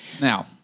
Now